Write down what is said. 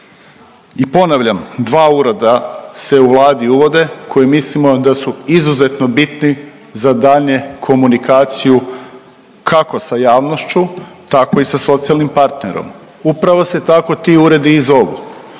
I ponavljam dva ureda se u Vladi uvode koji mislimo da su izuzetno bitno za daljnje komunikaciju kako sa javnošću tako i sa socijalnim partnerom. Upravo se tako ti uredi i zovu,